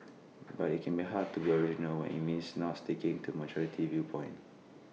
but IT can be hard to be original when IT means not sticking to majority viewpoint